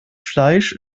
fleisch